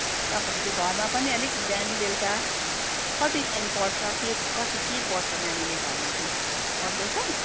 तपाईँले चाहिँ घरमा पनि अलिक बिहान बेलुका कति टाइम पढ्छ के कति के पढ्छ नानीले घरमा चाहिँ पढ्दैछ